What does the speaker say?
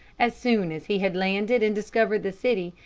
as soon as he had landed and discovered the city,